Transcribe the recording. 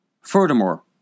Furthermore